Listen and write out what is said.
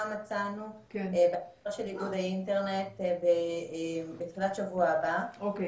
מצאנו באתר של איגוד האינטרנט בתחילת שבוע הבא,